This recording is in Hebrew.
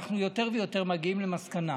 אנחנו יותר ויותר מגיעים למסקנה